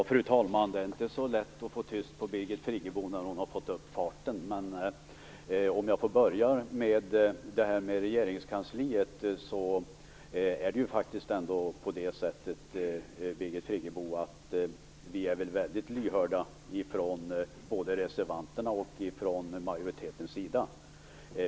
Fru talman! Det är inte så lätt att få tyst på Birgit Friggebo när hon har fått upp farten. Men för att börja med frågan om regeringskansliet är det faktiskt så, Birgit Friggebo, att vi är väldigt lyhörda från både reservanternas och majoritetens sida.